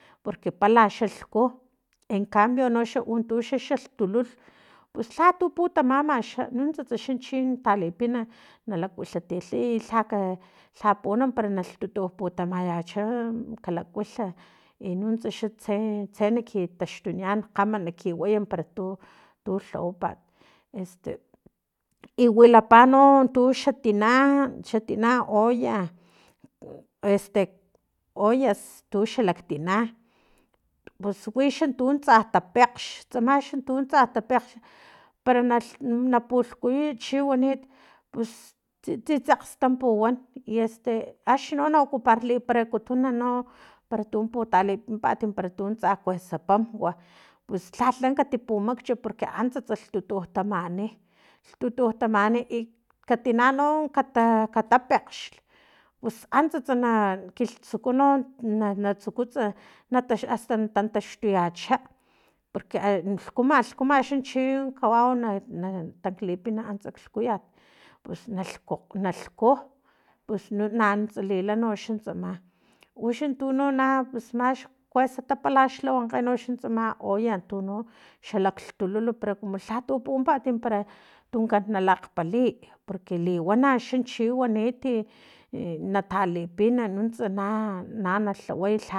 Porque pala xa lhku encambio uno xa tu xa lhtululh pus lhatu putamamaxa nuntsatsa xa chi chin talipina nalakuitilhay i lhaka lha puwan para na lhtutu putamayacha kalakuilha i nuntsa xa tse tse naki taxtuniyan kgama nakiway para tu tu lhawapat este i wilapa no tu xatina xatina olla este ollas tu xalaktina pus wi xa tu tsa tapekgx tsama xa tun tsa tapekgx para na pulhkuyuy chiwanit pus tsitsekgs tampuwan i este axni no na ocuparlikutumparay no para tun talipimpat para tu kuesa pamwa pus lhalhla kati pumakch porque antsast lhtutuputamani i katina no kata pekgxl pus antsast na kilhtsuku no na na tsukutsa nata asta na tantaxtuyacha porque lhkuma lhkuma xachi kawau na na tanklipina antsa lhkuyat pus nalhku nanuntsa lila noxa tsama uxan tu no na pusmax kuesa tapalaxla wankgenoxa tsama olla tu no xalakgtululu no pero kumu lhatu mimpat tunkan nalakgpaliy porque liwana xa chi waniti e natalipina nuntsa na na lhaway